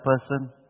person